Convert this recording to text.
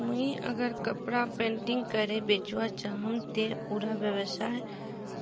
मुई अगर कपड़ा पेंटिंग करे बेचवा चाहम ते उडा व्यवसाय